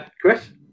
Chris